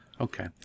okay